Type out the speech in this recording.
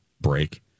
break